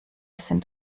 sind